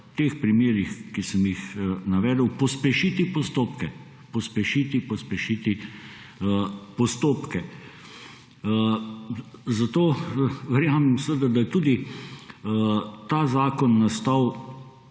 v teh primerih, ki sem jih navedel, pospešiti postopke, pospešiti, pospešiti postopke. Zato verjamem, da je tudi ta zakon nastal